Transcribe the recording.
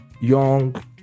young